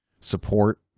support